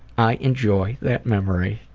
i enjoy that memory.